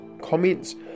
comments